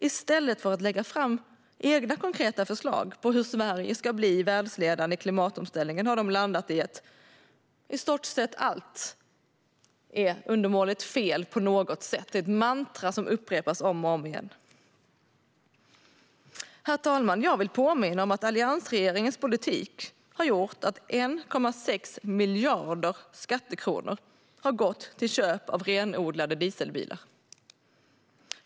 I stället för att lägga fram egna konkreta förslag på hur Sverige ska bli världsledande i klimatomställningen har de landat i att i stort sett allt är undermåligt, fel på något sätt. Det är ett mantra som upprepas om och om igen. Herr talman! Jag vill påminna om att alliansregeringens politik har lett till att 1,6 miljarder skattekronor har gått till köp av renodlade dieselbilar.